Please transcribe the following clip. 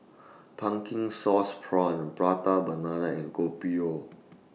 Pumpkin Sauce Prawns Prata Banana and Kopi O